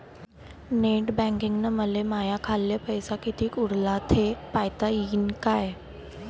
Net बँकिंगनं मले माह्या खाल्ल पैसा कितीक उरला थे पायता यीन काय?